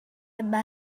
yma